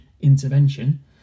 intervention